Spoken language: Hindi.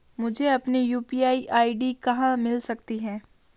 मुझे अपनी यू.पी.आई आई.डी कहां मिल सकती है?